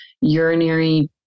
urinary